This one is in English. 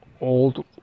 old